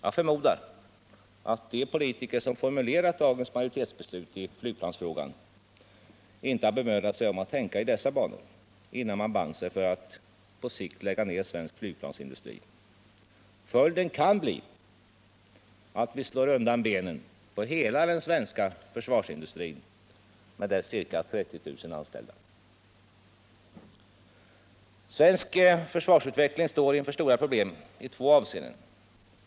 Jag förmodar att de politiker som formulerat dagens majoritetsbeslut i flygplansfrågan inte har bemödat sig om att tänka i dessa banor, innan de band sig för att på sikt lägga ner svensk flygplansindustri. Följden kan bli att vi slår undan benen på hela den svenska försvarsindustrin med dess ca 30 000 anställda. Svensk försvarsutveckling står inför stora problem i två avseenden.